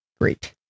Great